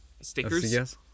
stickers